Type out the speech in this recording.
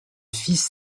fils